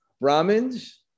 Brahmins